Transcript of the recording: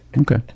Okay